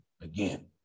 again